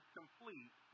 complete